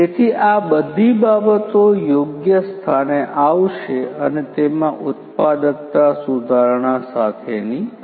તેથી આ બધી બાબતો યોગ્ય સ્થાને આવશે અને તેમાં ઉત્પાદકતા સુધારણા સાથેની હશે